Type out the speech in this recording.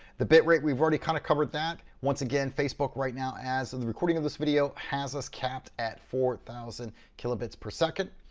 the bitrate, we've already kinda covered that. once again, facebook right now, as the recording of this video, has us capped at four thousand kilobits per second.